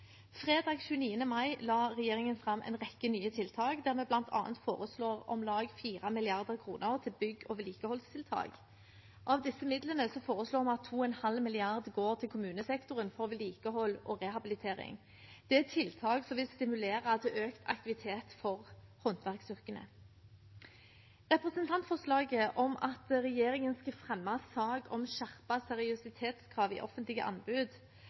Fredag 29. mai la regjeringen fram en rekke nye tiltak, der vi bl.a. foreslår om lag 4 mrd. kr til bygg- og vedlikeholdstiltak. Av disse midlene foreslår vi at 2,5 mrd. kr går til kommunesektoren for vedlikehold og rehabilitering. Dette er tiltak som vil stimulere til økt aktivitet for håndverksyrkene. Representantforslaget om at regjeringen skal fremme sak om skjerpede seriøsitetskrav i offentlige anbud,